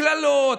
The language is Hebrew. קללות.